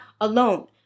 alone